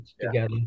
together